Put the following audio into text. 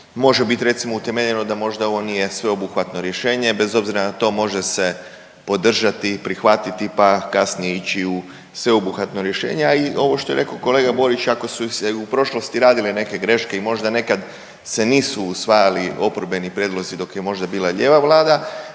može biti recimo utemeljeno da možda ovo nije sveobuhvatno rješenje. Bez obzira na to može se podržati i prihvatiti pa kasnije ići u sveobuhvatno rješenje, a i ovo što je rekao kolega Borić i ako su se u prošlosti radile neke graške i možda nekad se nisu usvajali oporbeni prijedlozi dok je možda bila lijeva vlada,